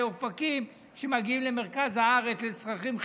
אופקים שמגיעים למרכז הארץ לצרכים חיוניים.